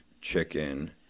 chicken